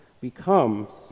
becomes